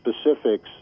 specifics